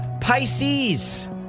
Pisces